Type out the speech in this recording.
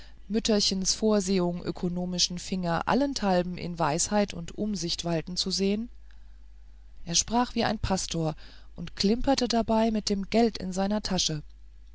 mütterchens vorsehung ökonomischen finger allenthalben in weisheit und umsicht walten zu sehen er sprach wie ein pastor und klimperte dabei mit dem geld in seiner tasche